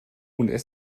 und